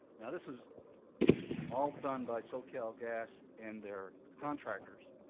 yeah this is all done by socal gas and their contractors